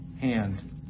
hand